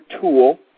tool